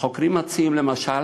החוקרים מציעים, למשל,